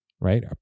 right